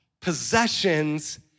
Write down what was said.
possessions